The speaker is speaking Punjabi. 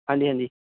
ਹਾਂਜੀ ਹਾਂਜੀ